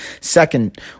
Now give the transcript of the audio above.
Second